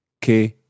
que